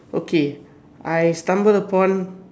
okay I stumbled upon